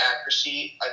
accuracy